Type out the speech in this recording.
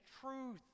truth